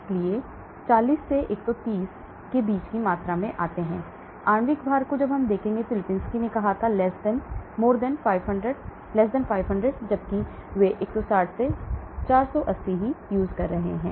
इसलिए वे 40 से 130 के बीच की मात्रा में लाते हैं आणविक भार देखो लिपिंस्की ने कहा कि 500 जबकि वे 160 से 480 ला रहे हैं